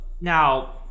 Now